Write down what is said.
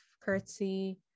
curtsy